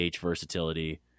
versatility